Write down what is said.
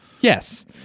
Yes